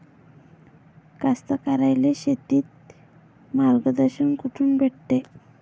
कास्तकाराइले शेतीचं मार्गदर्शन कुठून भेटन?